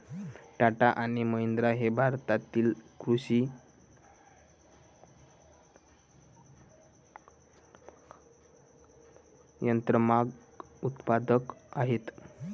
टाटा आणि महिंद्रा हे भारतातील कृषी यंत्रमाग उत्पादक आहेत